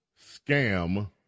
scam